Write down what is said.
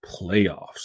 playoffs